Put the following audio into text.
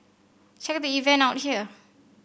check the event out here